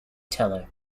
teller